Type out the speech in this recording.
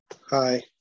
Hi